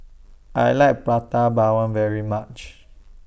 I like Prata Bawang very much